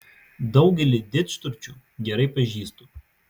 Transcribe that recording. daugelį didžturčių gerai pažįstu